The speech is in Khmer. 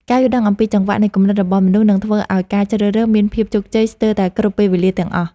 ការយល់ដឹងអំពីចង្វាក់នៃគំនិតរបស់មនុស្សនឹងធ្វើឱ្យការជ្រើសរើសមានភាពជោគជ័យស្ទើរតែគ្រប់ពេលវេលាទាំងអស់។